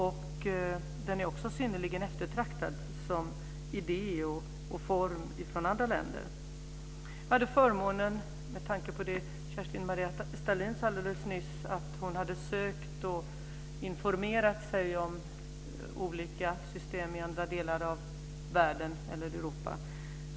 Den är också synnerligen eftertraktad som idé och form i andra länder. Kerstin-Maria Stalin sade alldeles nyss att hon hade sökt och informerat sig om olika system i andra delar av världen eller Europa.